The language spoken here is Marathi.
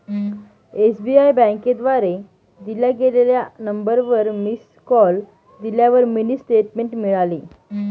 एस.बी.आई बँकेद्वारे दिल्या गेलेल्या नंबरवर मिस कॉल दिल्यावर मिनी स्टेटमेंट मिळाली